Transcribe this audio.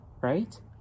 right